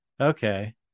Okay